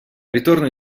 ritorno